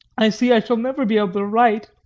i see i shall never be able to write.